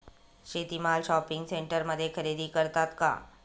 शेती माल शॉपिंग सेंटरमध्ये खरेदी करतात का?